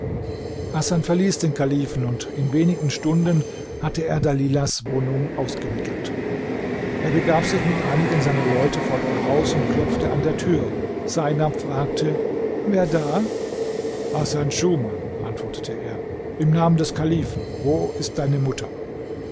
hasan verließ den kalifen und in wenigen stunden hatte er dalilahs wohnung ausgemittelt er begab sich mit einigen seiner leute vor ihr haus und klopfte an der tür seinab fragte wer da hasan schuman antwortete er im namen des kalifen wo ist deine mutter